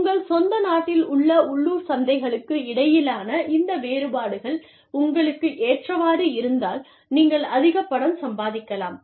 உங்கள் சொந்த நாட்டில் உள்ள உள்ளூர் சந்தைகளுக்கு இடையிலான இந்த வேறுபாடுகள் உங்களுக்கு ஏற்றவாறு இருந்தால் நீங்கள் அதிக பணம் சம்பாதிக்கலாம்